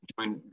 join